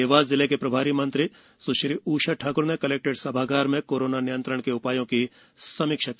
देवास जिले की प्रभारी मंत्री स्श्री उषा ठाक्र ने कलक्ट्रेट सभागार में कोरोना नियंत्रण के उप्रायों की समीक्षा की